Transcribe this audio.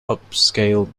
upscale